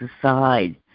aside